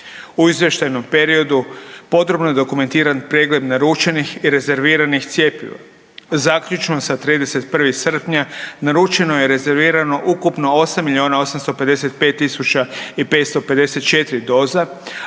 U izvještajnom periodu, podrobno je pregled naručenih i rezerviranih cjepiva. Zaključno sa 31. srpnja, naručeno je i rezervirano ukupno 8 855 554 doza